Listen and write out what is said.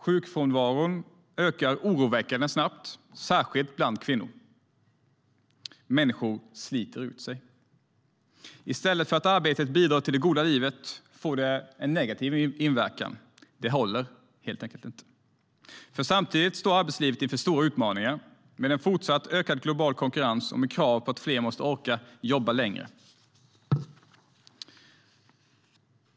Sjukfrånvaron ökar oroväckande snabbt, särskilt bland kvinnor. Människor sliter ut sig. I stället för att arbetet bidrar till det goda livet får det en negativ inverkan. Det håller inte, för samtidigt står arbetslivet inför stora förändringar med en fortsatt ökad global konkurrens och med krav på att fler måste orka jobba längre.